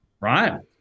Right